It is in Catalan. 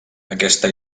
aquesta